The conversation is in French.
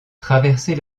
traverser